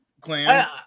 clan